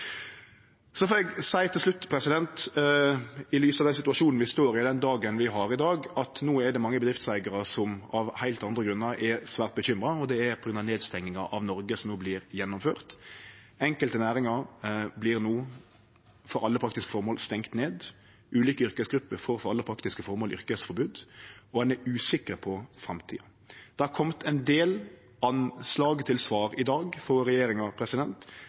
Til slutt får eg seie – i lys av den situasjonen vi står i, og den dagen vi har i dag – at no er det mange bedriftseigarar som av heilt andre grunnar er svært bekymra, og det er på grunn av nedstenginga av Noreg som vert gjennomført no. Enkelte næringar vert no for alle praktiske formål stengde ned. Ulike yrkesgrupper får for alle praktiske formål yrkesforbod, og ein er usikker på framtida. Det har kome ein del anslag til svar i dag frå regjeringa,